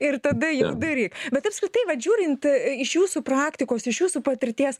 ir tada jau daryk bet apskritai vat žiūrint iš jūsų praktikos iš jūsų patirties